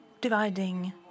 dividing